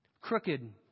Crooked